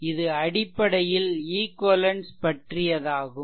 இது அடிப்படையில் ஈக்வெலன்ஸ் பற்றியதாகும்